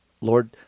Lord